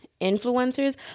influencers